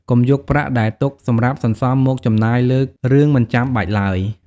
កុំយកប្រាក់ដែលទុកសម្រាប់សន្សំមកចំណាយលើរឿងមិនចាំបាច់ឡើយ។